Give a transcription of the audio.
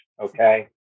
okay